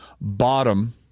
BOTTOM